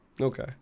okay